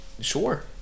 sure